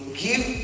give